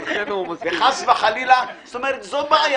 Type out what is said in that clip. זו בעיה